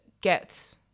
get